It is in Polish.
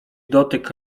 dotyk